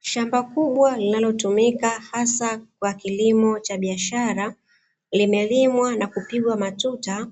Shamba kubwa linalotumika hasa kwa kilimo cha biashara, limelimwa na kupigwa matuta